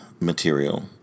material